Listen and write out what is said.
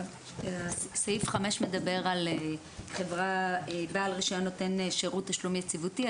סעיף 5 מדבר על בעל רישיון נותן שירות תשלום יציבותי.